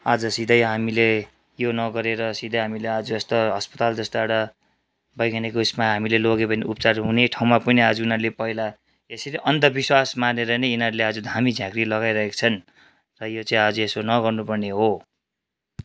आज सिधै हामीले यो नगरेर सिधै हामीले आज यस्तो अस्पताल जस्तो एउटा वैज्ञानिक उयेसमा हामीले लग्यो भने उपचार हुने ठाउँमा पनि आज उनीहरूले पहिला यसरी अन्धविश्वास मानेर नै यिनीहरूले आज धामी झाँक्री लगाइरहेका छन् र यो चाहिँ आज यसो नगर्नु पर्ने हो